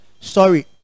Sorry